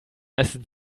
ist